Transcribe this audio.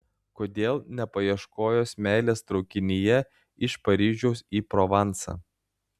kodėl nepaieškojus meilės traukinyje iš paryžiaus į provansą